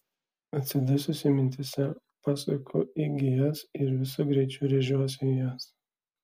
atsidususi mintyse pasuku į gijas ir visu greičiu rėžiuosi į jas